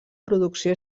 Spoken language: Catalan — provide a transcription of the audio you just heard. producció